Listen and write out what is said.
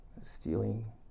stealing